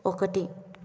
ఒకటి